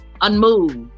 Unmoved